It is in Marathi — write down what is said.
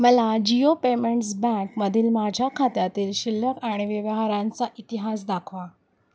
मला जिओ पेमेंट्स बँकमधील माझ्या खात्यातील शिल्लक आणि व्यवहारांचा इतिहास दाखवा